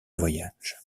voyage